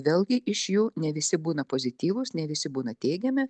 vėlgi iš jų ne visi būna pozityvūs ne visi būna teigiami